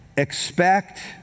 Expect